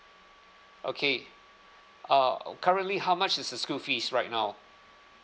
okay uh currently how much is the school fees right now